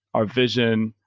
our vision,